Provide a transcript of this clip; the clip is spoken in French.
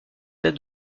dates